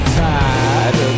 tired